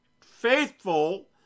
faithful